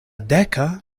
deka